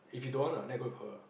if you don't want uh then I go with her